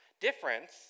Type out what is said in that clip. difference